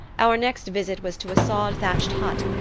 our next visit was to a sod-thatched hut,